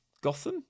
Gotham